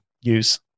use